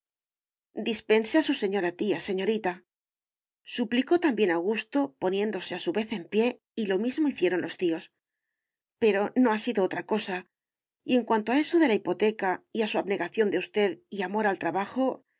dispense a su señora tía señoritasuplicó también augusto poniéndose a su vez en pie y lo mismo hicieron los tíos pero no ha sido otra cosa y en cuanto a eso de la hipoteca y a su abnegación de usted y amor al trabajo